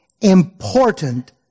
important